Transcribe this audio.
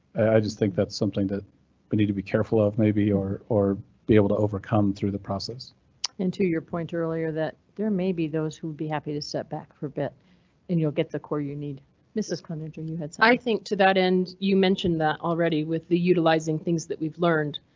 i just think that's something that we but need to be careful of. maybe or or be able to overcome through the process and to your point earlier that there may be those who would be happy to step back for bit and you'll get the core you need mrs cloninger and you had, so i think to that end you mentioned that already with the utilizing things that we've learned,